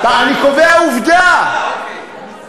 שאלת.